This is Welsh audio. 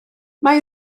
mae